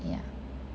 yeah